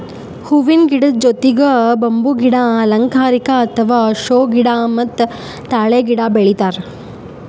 ಹೂವಿನ ಗಿಡದ್ ಜೊತಿಗ್ ಬಂಬೂ ಗಿಡ, ಅಲಂಕಾರಿಕ್ ಅಥವಾ ಷೋ ಗಿಡ ಮತ್ತ್ ತಾಳೆ ಗಿಡ ಬೆಳಿತಾರ್